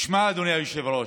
תשמע, אדוני היושב-ראש,